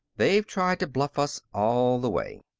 they've tried to bluff us all the way.